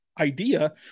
idea